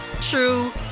true